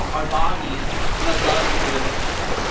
our bodies, and a love for the living planet.